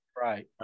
Right